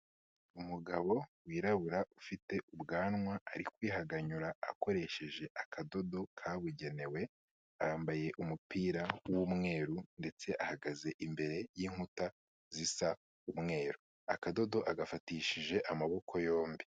Umugabo wirabura ufite ubwanwa, ari kwihanganyura akoresheje akadodo kabugenewe, yambaye umupira w'umweru ndetse ahagaze imbere y'inkuta zisa umweru. Akadodo agafatishije amaboko yombi.